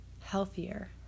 healthier